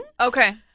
Okay